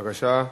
בבקשה,